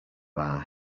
bar